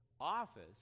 office